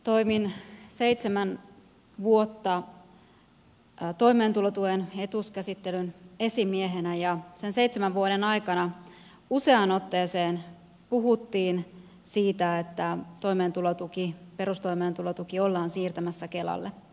toimin seitsemän vuotta toimeentulotuen etuuskäsittelyn esimiehenä ja sen seitsemän vuoden aikana useaan otteeseen puhuttiin siitä että toimeentulotuki perustoimeentulotuki ollaan siirtämässä kelalle